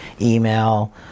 email